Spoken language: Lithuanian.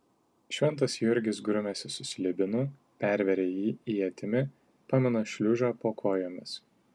šventas jurgis grumiasi su slibinu perveria jį ietimi pamina šliužą po kojomis